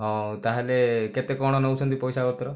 ହେଉ ତାହେଲେ କେତେ କ'ଣ ନେଉଛନ୍ତି ପଇସା ପତ୍ର